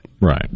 Right